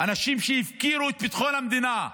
אנשים שהפקירו את ביטחון המדינה,